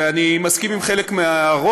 ואני מסכים עם חלק מההערות.